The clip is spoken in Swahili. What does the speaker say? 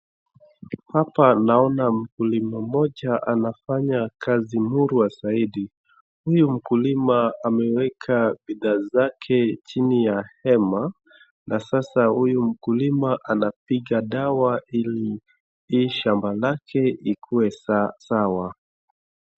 Hapa naona mkulima mmoja anafanya kazi murwa zaidi. Huyu mkulima ameweka bidhaa zake chini ya hema. Na sasa huyu mkulima anapiga dawa ili hii shamba lake ikuwe sawa.